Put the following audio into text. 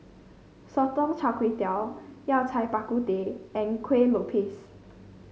Sotong Char Kway Yao Cai Bak Kut Teh and Kueh Lopes